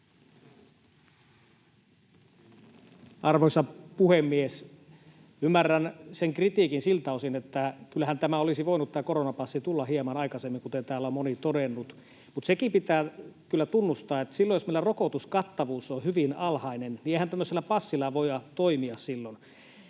Arvoisa puhemies! Ymmärrän sen kritiikin siltä osin, että kyllähän tämä koronapassi olisi voinut tulla hieman aikaisemmin, kuten täällä on moni todennut, mutta sekin pitää kyllä tunnustaa, että jos meillä rokotuskattavuus on hyvin alhainen, niin eihän silloin tämmöisellä passilla voida toimia.